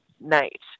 night